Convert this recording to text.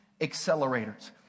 accelerators